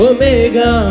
Omega